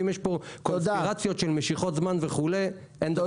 אם יש פה קונספירציות על משיכת זמן וכולו אין דבר כזה.